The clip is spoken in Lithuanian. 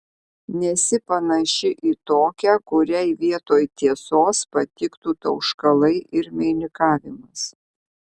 nesi panaši į tokią kuriai vietoj tiesos patiktų tauškalai ir meilikavimas